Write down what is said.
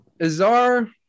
Azar